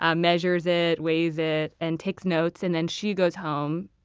ah measures it, weighs it and takes note. and then she goes home,